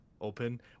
open